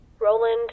Roland